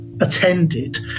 attended